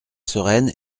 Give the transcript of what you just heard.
sereine